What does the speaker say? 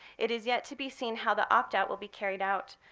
it is yet to be seen how the opt out will be carried out.